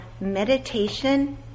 meditation